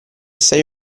sei